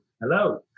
Hello